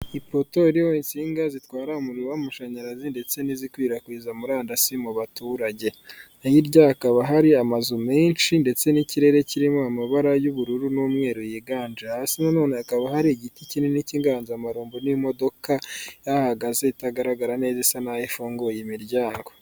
Ipoto ririho insinga zitwara umuriro w'amashanyarazi ndetse n'izikwirakwiza murandasi mu baturage, hirya hakaba hari amazu menshi ndetse n'ikirere kirimo amabara y'ubururu n'umweru yiganje, hasi nanone hakaba hari igiti kinini cy'inganzamarumbo n'imodoka ihahagaze itagaragara neza isa naho ifunguye imiryango.